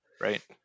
right